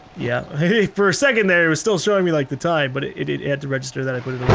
yeah, hey for a second there it was still showing me like the time, but it, it it had to register that i put it